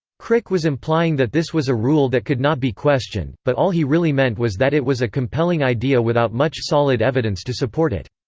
crick was implying that this was a rule that could not be questioned, but all he really meant was that it was a compelling idea without much solid evidence to support it.